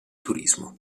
turismo